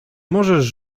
możesz